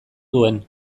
duen